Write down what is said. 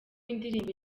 indirimbo